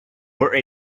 were